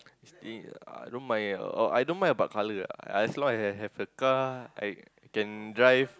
I don't mind ah uh I don't mind about colour lah as long as I have the car I can drive